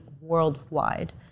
worldwide